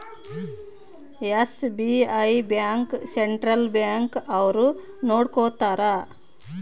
SBI bank central bank ಅವ್ರು ನೊಡ್ಕೋತರ